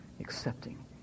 accepting